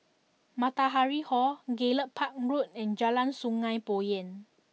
Matahari Hall Gallop Park Road and Jalan Sungei Poyan